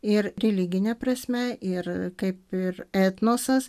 ir religine prasme ir kaip ir etnosas